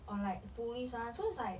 or like police ah so it's like